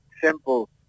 simple